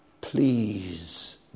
please